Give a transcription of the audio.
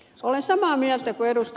olen samaa mieltä kuin ed